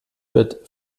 wird